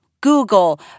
Google